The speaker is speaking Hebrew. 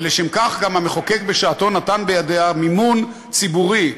ולשם כך גם המחוקק בשעתו נתן בידיה מימון ציבורי,